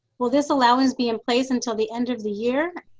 will this allowance be in place until the end of the year,